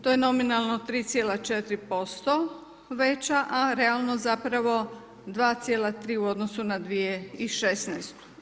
To je nominalno 3,4% veća, a realno zapravo 2,3 u odnosu na 2016.